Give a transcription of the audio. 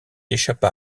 échappa